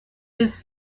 his